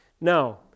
Now